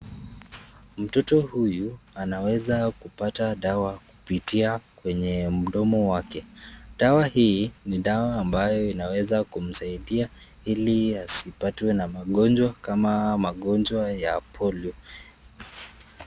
Mtoto huyu anaweza kupata dawa kupitia kwenye mdomo. Dawa hii ni dawa ambayo inaweza kumsaidia ili asipatwe na magonjwa kama magonjwa ya polio.